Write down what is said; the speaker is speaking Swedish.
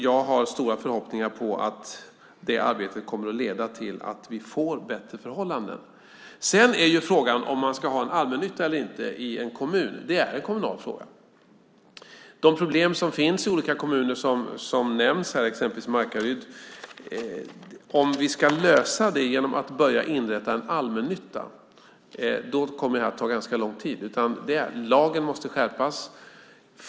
Jag har stora förhoppningar om att det arbetet kommer att leda till att vi får bättre förhållanden. Frågan om man ska ha en allmännytta eller inte i en kommun är en kommunal fråga. Ska vi lösa problemen som finns i olika kommuner, till exempel i Markaryd som nämnts här, genom att inrätta en allmännytta kommer det att ta lång tid. I stället måste lagen skärpas.